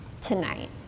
tonight